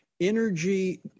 energy